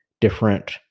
different